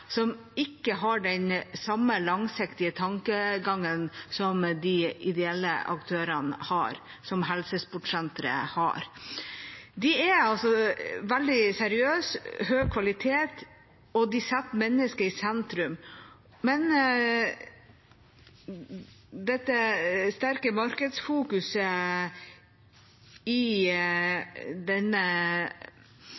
som ikke har den samme langsiktige tankegangen som de ideelle aktørene har, og som helsesportsenteret har. De er veldig seriøse, har høy kvalitet, og de setter mennesket i sentrum. Men det sterke markedsfokuset i